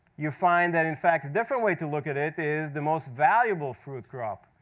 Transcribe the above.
you find that, in fact, a different way to look at it is the most valuable fruit crop.